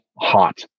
hot